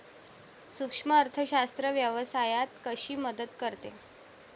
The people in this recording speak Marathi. सूक्ष्म अर्थशास्त्र व्यवसायात कशी मदत करते?